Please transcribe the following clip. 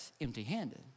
empty-handed